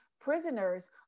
prisoners